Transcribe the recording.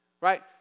right